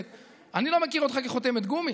מומחים,